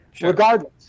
regardless